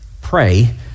pray